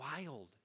wild